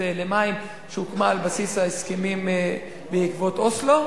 למים שהוקמה על בסיס ההסכמים בעקבות אוסלו,